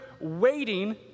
waiting